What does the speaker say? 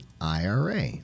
IRA